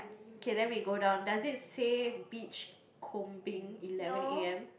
okay then we go down does it say beach combing eleven a_m